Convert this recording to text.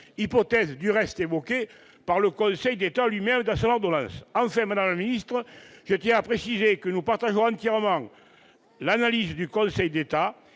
hypothèse du reste évoquée par le Conseil d'État lui-même dans son ordonnance ? Enfin, je tiens à préciser que nous partageons entièrement l'analyse du Conseil d'État,